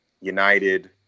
United